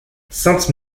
sainte